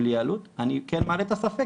בלי עלות אני מעלה את הספק,